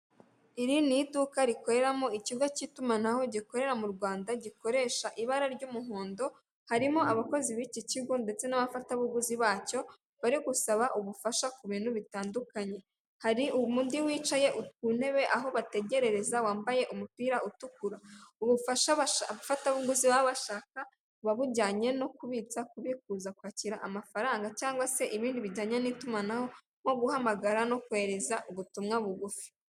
Iri ni iduka rikoreramo ikigo cy'itumanaho gikorera mu Rwanda gikoresha ibara ry'umuhondo, harimo abakozi b'iki kigo ndetse n'abafatabuguzi bacyo bari gusaba ubufasha ku bintu bitandukanye. Hari undi wicaye ut ntebe aho bategeza wambaye umupira utukura ubufasha abafatabuguzi baba bashaka uwabujyanye no kubitsa kukuza kwakira amafaranga cyangwa se ibindi bijyanye n'itumanaho nko guhamagara no kwehereza ubutumwa bugufi.